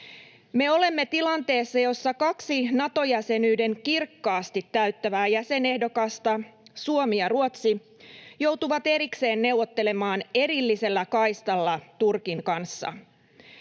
Me olemme tilanteessa, jossa kaksi Nato-jäsenyyden kirkkaasti täyttävää jäsenehdokasta, Suomi ja Ruotsi, joutuvat erikseen neuvottelemaan erillisellä kaistalla Turkin kanssa.